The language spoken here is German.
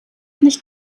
nicht